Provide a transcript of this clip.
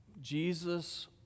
Jesus